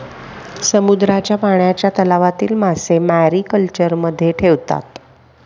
समुद्राच्या पाण्याच्या तलावातील मासे मॅरीकल्चरमध्ये ठेवतात